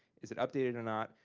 is it updated or not?